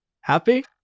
Happy